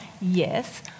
yes